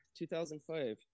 2005